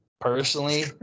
personally